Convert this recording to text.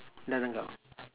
doesn't count